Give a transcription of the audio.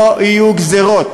לא יהיו גזירות.